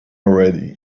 already